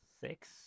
Six